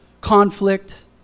conflict